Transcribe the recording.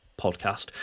podcast